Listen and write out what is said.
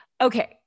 Okay